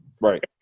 Right